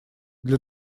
для